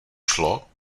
šlo